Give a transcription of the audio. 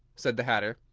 said the hatter.